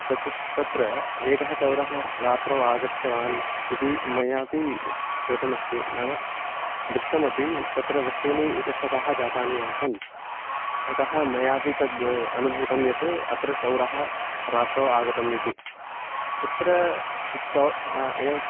तत्तु तत्र एकः चोरः रात्रौ आगतवान् इति मयापि श्रुतमस्ति नाम दृष्टमपि तत्र वस्तूनि इतस्ततः जातानि आसन् अतः मयापि तद् अनुभूतं यत् अत्र चोरः रात्रौ आगतः इति कुत्र च हा एवं